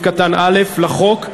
לחוק,